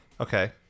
Okay